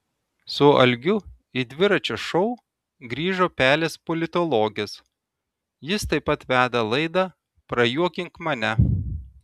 su algiu į dviračio šou grįžo pelės politologės jis taip pat veda laidą prajuokink mane